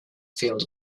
field